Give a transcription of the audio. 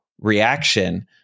reaction